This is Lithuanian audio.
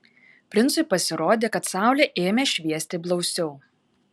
princui pasirodė kad saulė ėmė šviesti blausiau